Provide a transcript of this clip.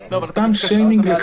צריך איכשהו לקשור את זה עם